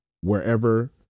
wherever